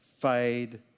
fade